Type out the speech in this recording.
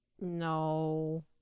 No